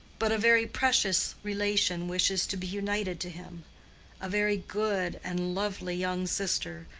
but a very precious relation wishes to be reunited to him a very good and lovely young sister,